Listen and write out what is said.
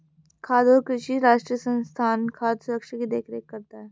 खाद्य और कृषि राष्ट्रीय संस्थान खाद्य सुरक्षा की देख रेख करता है